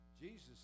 Jesus